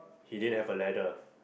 he didn't have a ladder